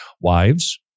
Wives